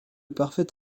parfait